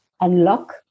unlock